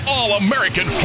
All-American